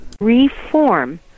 Reform